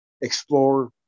explore